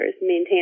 maintain